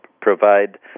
provide